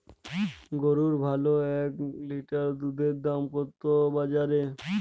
গরুর ভালো এক লিটার দুধের দাম কত বাজারে?